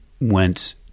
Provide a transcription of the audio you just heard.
went